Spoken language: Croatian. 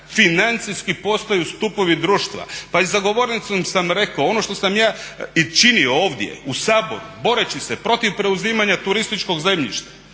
financijski postaju stupovi društva. Pa i za govornicom sam rekao, ono što sam ja i činio ovdje u Saboru boreći se protiv preuzimanja turističkog zemljišta,